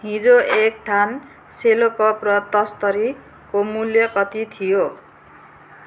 हिजो एक थान सेलो कप र तस्तरीको मूल्य कति थियो